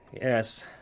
yes